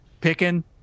picking